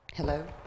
Hello